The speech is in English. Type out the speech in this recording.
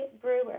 Brewer